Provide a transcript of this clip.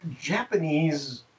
Japanese